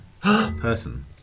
person